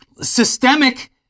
systemic